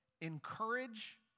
Encourage